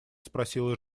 спросила